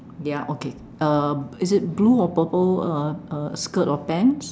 ya okay uh is it blue or purple uh uh skirt or pants